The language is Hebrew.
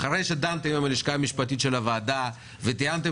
אחרי שתדונו עם הלשכה המשפטית של הוועדה ותתאמו